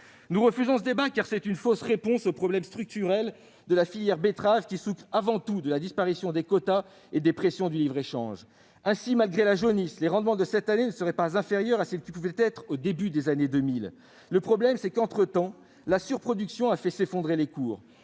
Nous refusons ce débat, car c'est une fausse réponse aux problèmes structurels de la filière betterave, qui souffre avant tout de la disparition des quotas et des pressions du libre-échange. Ainsi, malgré la jaunisse, les rendements de cette année ne seraient pas inférieurs à ce qu'ils pouvaient être au début des années 2000. Le problème, c'est qu'entre-temps la surproduction a fait s'effondrer les cours.